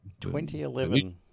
2011